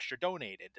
donated